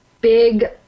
big